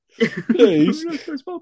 Please